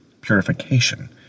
purification